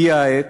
הגיעה העת,